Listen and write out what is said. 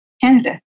Canada